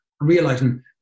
realizing